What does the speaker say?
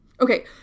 Okay